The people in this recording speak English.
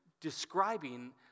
describing